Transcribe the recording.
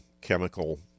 chemical